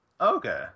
Okay